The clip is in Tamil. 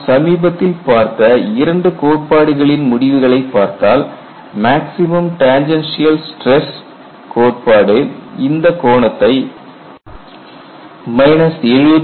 நாம் சமீபத்தில் பார்த்த இரண்டு கோட்பாடுகளின் முடிவுகளைப் பார்த்தால் மேக்ஸிமம் டேன்ஜன்சியல் ஸ்டிரஸ் கோட்பாடு இந்த கோணத்தை 70